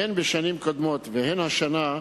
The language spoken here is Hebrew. הן בשנים קודמות והן השנה,